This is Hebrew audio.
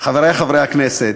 חברי חברי הכנסת,